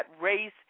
race